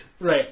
Right